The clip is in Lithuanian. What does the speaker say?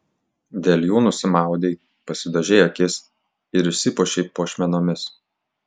dėl jų nusimaudei pasidažei akis ir išsipuošei puošmenomis